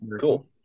Cool